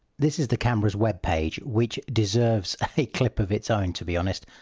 this is the camera's web page which deserves a clip of its own to be honest!